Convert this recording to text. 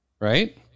right